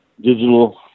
digital